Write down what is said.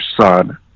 son